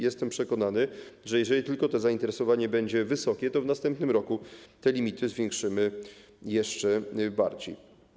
Jestem przekonany, że jeżeli tylko to zainteresowanie będzie wysokie, to w następnym roku te limity zwiększymy jeszcze bardziej.